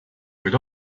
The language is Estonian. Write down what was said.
kuid